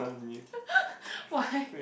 why